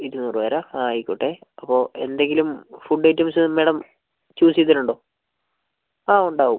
ഇരുനൂറ് പേരാണോ ആ ആയിക്കോട്ടെ അപ്പോൾ എന്തെങ്കിലും ഫുഡ് ഐറ്റംസ് മേഡം ചൂസ് ചെയ്തിട്ടുണ്ടോ ആ ഉണ്ടാവും